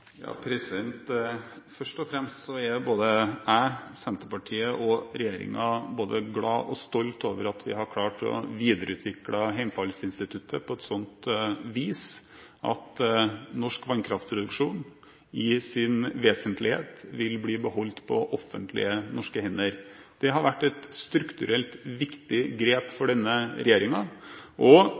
Først og fremst er både jeg, Senterpartiet og regjeringen glad for og stolt over at vi har klart å videreutvikle hjemfallsinstituttet på et slikt vis at norsk vannkraftproduksjon i sin vesentlighet vil bli beholdt på offentlige, norske hender. Det har vært et strukturelt viktig grep for denne regjeringen. Vi har kjempet dette gjennom, til dels etter motstand fra Fremskrittspartiet og